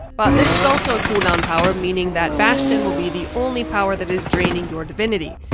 but this is also a cooldown power, meaning that bastion will be the only power that is draining your divinity.